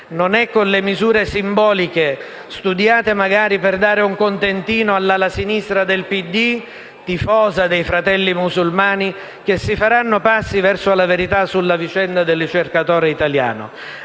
Non è con le misure simboliche, studiate magari per dare un contentino all'ala sinistra del PD, tifosa dei Fratelli Musulmani, che si faranno passi verso la verità sulla vicenda del ricercatore italiano.